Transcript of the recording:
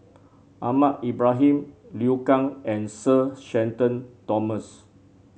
Ahmad Ibrahim Liu Kang and Sir Shenton Thomas